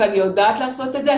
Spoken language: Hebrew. ואני יודעת לעשות את זה,